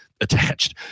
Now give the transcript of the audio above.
Attached